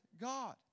God